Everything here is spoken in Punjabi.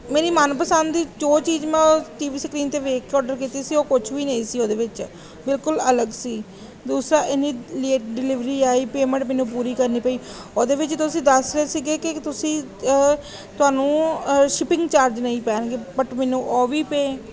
ਮੇਰੀ ਮਨਪਸੰਦ ਦੀ ਜੋ ਚੀਜ਼ ਮੈਂ ਉਹ ਟੀ ਵੀ ਸਕਰੀਨ 'ਤੇ ਵੇਖ ਕੇ ਔਡਰ ਕੀਤੀ ਸੀ ਉਹ ਕੁਛ ਵੀ ਨਹੀਂ ਸੀ ਉਹਦੇ ਵਿੱਚ ਬਿਲਕੁੱਲ ਅਲੱਗ ਸੀ ਦੂਸਰਾ ਇੰਨੀ ਲੇਟ ਡਿਲੀਵਰੀ ਆਈ ਪੇਮੈਂਟ ਮੈਨੂੰ ਪੂਰੀ ਕਰਨੀ ਪਈ ਉਹਦੇ ਵਿੱਚ ਤੁਸੀਂ ਦੱਸ ਰਹੇ ਸੀਗੇ ਕਿ ਤੁਸੀਂ ਤੁਹਾਨੂੰ ਸ਼ਿਪਿੰਗ ਚਾਰਜ ਨਹੀਂ ਪੈਣਗੇ ਬਟ ਮੈਨੂੰ ਉਹ ਵੀ ਪਏ